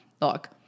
Look